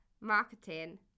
marketing